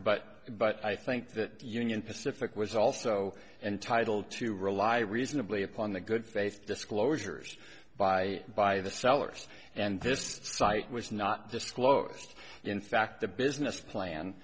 but but i think that union pacific was also entitled to rely reasonably upon the good faith disclosures by by the sellers and this site was not disclosed in fact the business plan